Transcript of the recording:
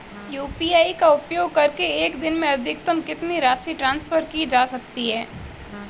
UPI का उपयोग करके एक दिन में अधिकतम कितनी राशि ट्रांसफर की जा सकती है?